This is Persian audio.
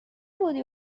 بودی